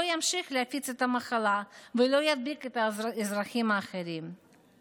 ימשיך להפיץ את המחלה ולא ידביק את האזרחים האחרים,